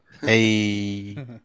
Hey